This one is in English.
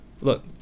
look